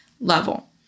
level